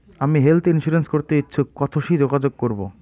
আমি health insurance করতে ইচ্ছুক কথসি যোগাযোগ করবো?